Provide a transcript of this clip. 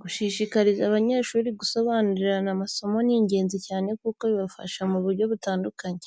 Gushishikariza abanyeshuri gusobanurirana amasomo ni ingenzi cyane kuko bibafasha mu buryo butandukanye.